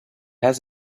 has